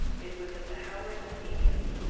it was at the howard athenaeum,